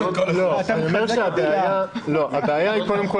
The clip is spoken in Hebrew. ------ אני אומר שהבעיה היא קודם כל